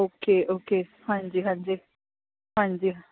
okay okay ਹਾਂਜੀ ਹਾਂਜੀ ਹਾਂਜੀ